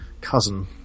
cousin